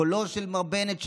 קולו של מר בנט,